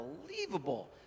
Unbelievable